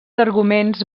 arguments